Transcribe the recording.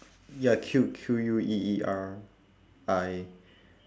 ya Q Q U E E R eye